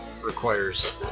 requires